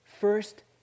first